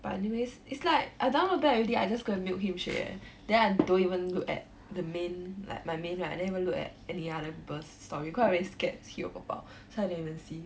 but anyways it's like I download back already I just go and mute him straight eh then I don't even look at the main like my main right I don't even look at any other people's story cause I very scared he will pop up so I didn't even see